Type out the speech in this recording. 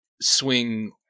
swing